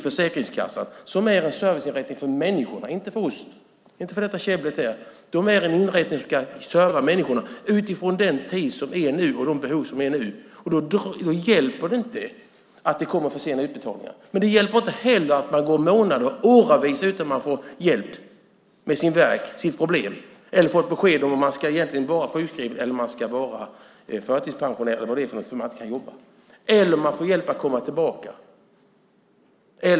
Försäkringskassan är en serviceinrättning för människorna - inte för oss, inte för det här käbblet. Det är en inrättning som ska serva människorna utifrån den tid och de behov som är nu. Då hjälper det förstås inte att utbetalningarna är försenade, men det hjälper inte heller att man går i månader och år utan att få hjälp med sin värk och sina problem, eller att man inte får besked om man ska vara sjukskriven eller förtidspensionerad, eller att man inte får hjälp att komma tillbaka.